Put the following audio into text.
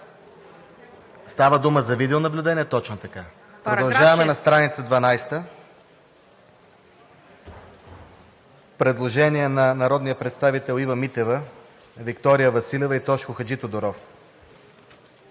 Става дума за видеонаблюдение, точно така. Продължаваме на страница 12. По § 6 има предложение на народните представители Ива Митева, Виктория Василева и Тошко Хаджитодоров.